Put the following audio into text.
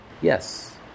Yes